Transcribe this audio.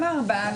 הצבעה לא אושרו.